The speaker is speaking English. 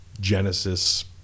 Genesis